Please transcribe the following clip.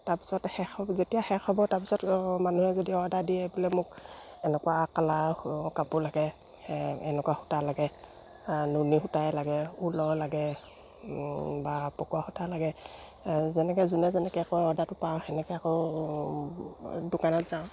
তাৰপিছত শেষত যেতিয়া শেষ হ'ব তাৰপিছত মানুহে যদি অৰ্ডাৰ দিয়ে বোলে মোক এনেকুৱা কালাৰ কাপোৰ লাগে এনেকুৱা সূতা লাগে নুনী সূতাই লাগে ঊলৰ লাগে বা পকোৱা সূতাৰ লাগে যেনেকৈ যোনে যেনেকৈ কয় অৰ্ডাৰটো পাওঁ সেনেকৈ আকৌ দোকানত যাওঁ